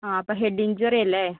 ആ അപ്പോ head injury അല്ലേ